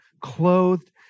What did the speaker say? clothed